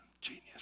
genius